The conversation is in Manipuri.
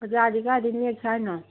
ꯑꯣꯖꯥꯗꯤ ꯀꯥꯏꯗꯩ ꯅꯦꯛꯁꯦ ꯍꯥꯏꯅꯣ